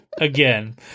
again